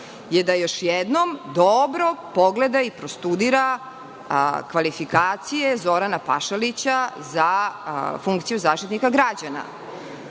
je da još jednom dobro pogleda i prostudira kvalifikacije Zorana Pašalića za funkciju Zaštitnika građana.U